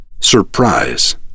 Surprise